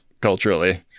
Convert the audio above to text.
culturally